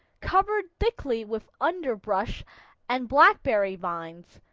covered thickly with underbrush and blackberry vines,